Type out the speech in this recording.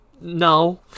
No